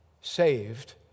saved